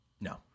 No